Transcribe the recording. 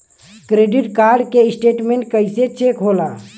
Credit card के statement कइसे check होला?